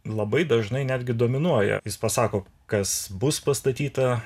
labai dažnai netgi dominuoja jis pasako kas bus pastatyta